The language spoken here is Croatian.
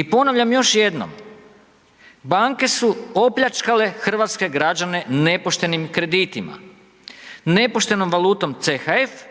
I ponavljam još jednom, banke su opljačkale hrvatske građane nepoštenim kreditima, nepoštenom valutom CHF